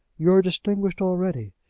you are distinguished already.